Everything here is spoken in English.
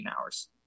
hours